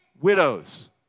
widows